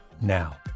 now